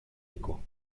eco